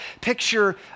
Picture